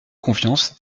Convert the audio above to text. confiance